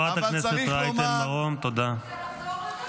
אתה פשוט גנבת, בזמן הזה באותה תקופה.